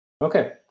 Okay